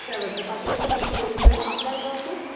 चार वाजता पाटणकर आडनाव नोंद ठेवा आपलं काय नाव सर